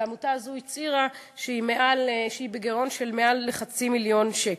והעמותה הזו הצהירה שהיא בגירעון של מעל חצי מיליון שקל.